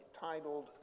titled